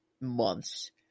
months